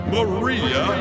Maria